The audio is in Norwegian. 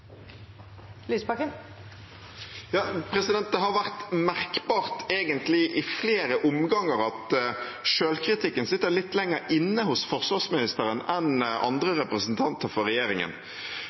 Det har egentlig vært merkbart i flere omganger at selvkritikken sitter litt lenger inne hos forsvarsministeren enn hos andre representanter fra regjeringen.